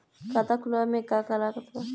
खाता खुलावे मे का का लागत बा?